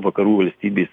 vakarų valstybės